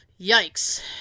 yikes